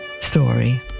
story